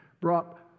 brought